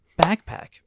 backpack